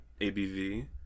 ABV